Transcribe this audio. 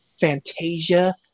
Fantasia